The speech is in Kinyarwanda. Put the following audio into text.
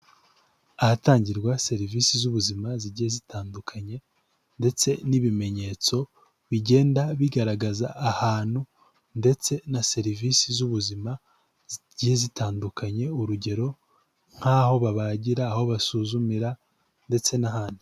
Ahatangirwa serivisi z'ubuzima zigiye zitandukanye, ndetse n'ibimenyetso bigenda bigaragaza ahantu ndetse na serivisi z'ubuzima zigiye zitandukanye, urugero nk'aho babagira aho basuzumira ndetse n'ahandi.